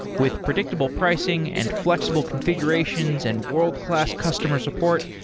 with predictable pricing and flexible configurations and world-class customer support,